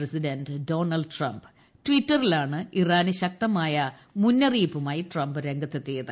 president Donald Trump ട്ടിറ്ററിലാണ് ഇറാന് ശക്തമായ മുന്നറിയിപ്പുമായി ട്രംപ് രംഗത്തെത്തിയത്